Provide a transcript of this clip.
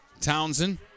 Townsend